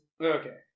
okay